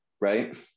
right